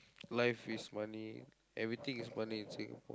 life is money everything is money in Singapore